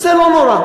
זה לא נורא.